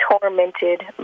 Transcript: tormented